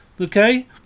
okay